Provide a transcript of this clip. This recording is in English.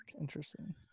interesting